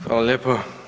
Hvala lijepo.